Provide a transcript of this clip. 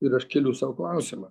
ir aš keliu sau klausimą